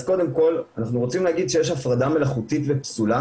אז קודם כל רוצים להגיד שיש הפרדה מלאכותית ופסולה